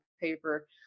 paper